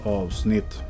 avsnitt